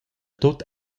tut